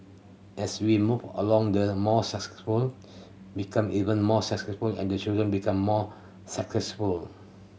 as we move along the more successful become even more successful and the children become more successful